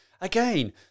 Again